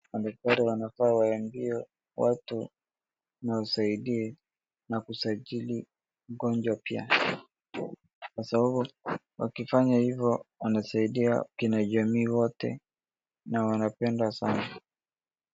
Madaktari wanafaa waambie watu na wasaidie na kusajili ugonjwa pia kwa sababu wakifanya hivo wanasaidia kina jamii wote na wanapenda sana.